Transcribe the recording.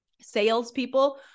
salespeople